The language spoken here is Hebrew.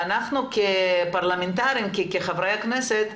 ואנחנו כפרלמנטרים, כחברי הכנסת,